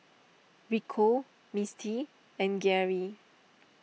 Rico Misti and Geary